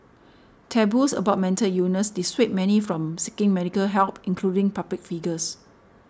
taboos about mental dissuade many from seeking medical help including public figures